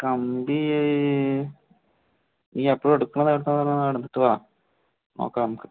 കമ്പി നീ എപ്പഴും എടുക്കണ നേരത്ത് ആണേൽ പോയി എടുത്തിട്ട് വാ നോക്കാം നമുക്ക്